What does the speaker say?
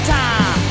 time